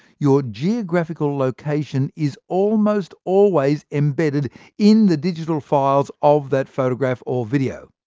your geographical location is almost always embedded in the digital files of that photograph or video.